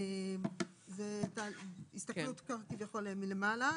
זאת כביכול הסתכלות מלמעלה.